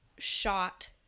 shot